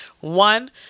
one